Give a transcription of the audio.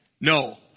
no